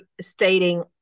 stating